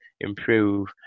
improve